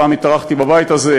פעם התארחתי בבית הזה,